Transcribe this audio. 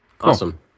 Awesome